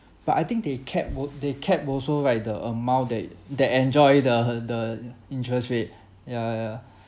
but I think they cap al~ they cap also like the amount that that enjoy the the interest rate ya ya